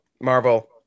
marvel